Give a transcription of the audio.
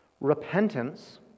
Repentance